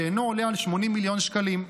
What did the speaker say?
שאינו עולה על 80 מיליון שקלים.